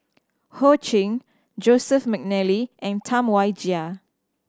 Ho Ching Joseph McNally and Tam Wai Jia